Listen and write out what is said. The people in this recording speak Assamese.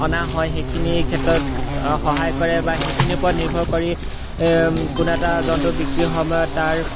অনা হয় সেইখিনিৰ ক্ষেত্ৰত সহায় কৰে বা সেইখিনিৰ ওপৰত নিৰ্ভৰ কৰি কোনো এটা জন্তু বিক্ৰী সময়ত তাৰ